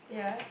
yeah